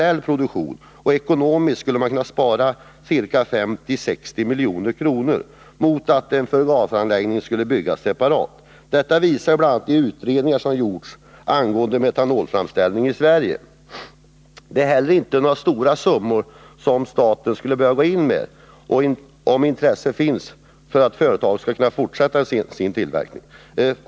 Ekonomiskt skulle man kunna spara 50-60 miljoner mot alternativet att bygga en förgasaranläggning separat. Detta visar bl.a. de utredningar som gjorts angående metanolframställning i Sverige. Det är heller inte fråga om några stora summor som staten skulle behöva gå in med, om intresse finns för att företaget skall kunna fortsätta sin tillverkning.